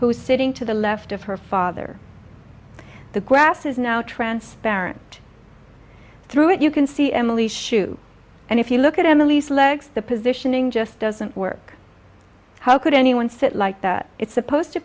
who's sitting to the left of her father the grass is now transparent through it you can see emily shoe and if you look at emily's legs the positioning just doesn't work how could anyone fit like that it's supposed to